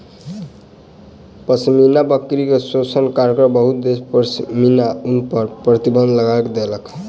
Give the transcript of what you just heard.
पश्मीना बकरी के शोषणक कारणेँ बहुत देश पश्मीना ऊन पर प्रतिबन्ध लगा देलक